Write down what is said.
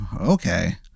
Okay